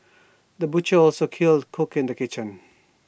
the butcher was also A skilled cook in the kitchen